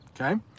Okay